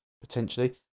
potentially